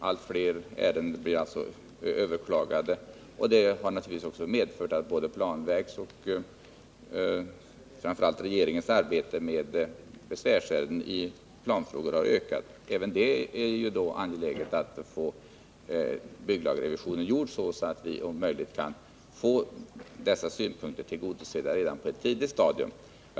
Allt fler ärenden blir alltså överklagade, och det har naturligtvis medfört att regeringens arbete med besvärsärenden i planfrågor har ökat. Även av det skälet är det angeläget att få bygglagsrevisionen gjord så att vi om möjligt kan få dessa synpunkter tillgodosedda redan på ett tidigt stadium.